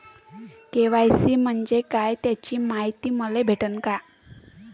KYC म्हंजे काय त्याची मायती मले भेटन का?